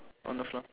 on the floor